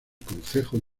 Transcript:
concejo